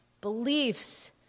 beliefs